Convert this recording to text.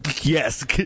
Yes